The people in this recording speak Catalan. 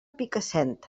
picassent